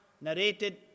narrated